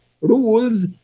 rules